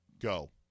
go